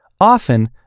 Often